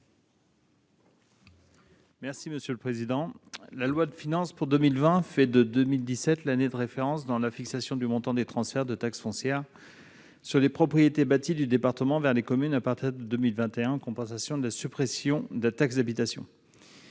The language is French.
M. Vincent Segouin. La loi de finances pour 2020 fait de 2017 l'année de référence pour la fixation du montant des transferts de taxe foncière sur les propriétés bâties du département vers les communes à partir de 2021, en compensation de la suppression de la taxe d'habitation.